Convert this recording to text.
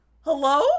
hello